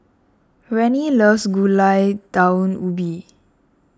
Rennie loves Gulai Daun Ubi